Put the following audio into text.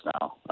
Now